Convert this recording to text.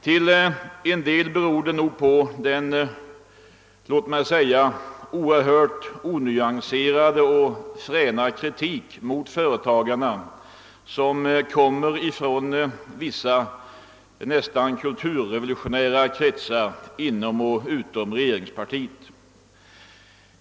Till en del beror det nog på den låt mig säga oerhört onyanserade och fräna kritik mot företagarna som kommer från vissa nästan kulturrevolutionära kretsar inom och utom regeringspartiet.